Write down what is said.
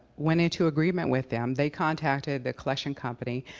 went into agreement with them, they contacted the collection company,